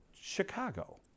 Chicago